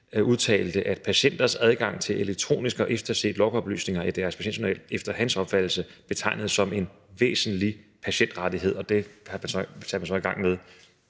udtalte, at patienters adgang til elektronisk at efterse logoplysninger i deres patientjournal efter hans opfattelse må betegnes som en væsentlig patientrettighed. Det har man så været i gang med